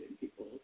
people